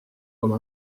comme